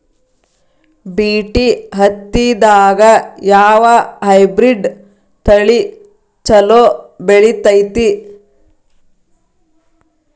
BT ಹತ್ತಿದಾಗ ಯಾವ hybrid ತಳಿ ಛಲೋ ಬೆಳಿತೈತಿ?